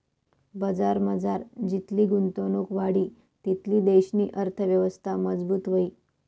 बजारमझार जितली गुंतवणुक वाढी तितली देशनी अर्थयवस्था मजबूत व्हयी